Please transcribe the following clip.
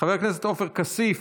חבר הכנסת עופר כסיף,